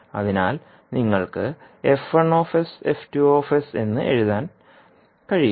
അതിനാൽ നിങ്ങൾക്ക് എന്ന് എഴുതാൻ കഴിയും